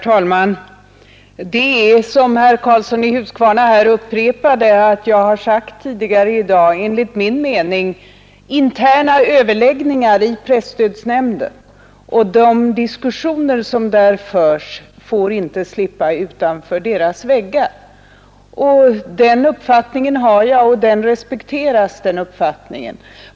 Herr talman! Som herr Karlsson i Huskvarna sade har jag tidigare i dag nämnt att presstödsnämndens överläggningar är interna. De diskussioner som där förs får inte föras vidare utanför nämndens väggar. Den uppfattningen har jag och den uppfattningen respekterar jag.